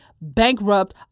bankrupt